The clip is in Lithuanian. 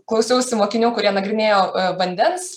klausiausi mokinių kurie nagrinėjo vandens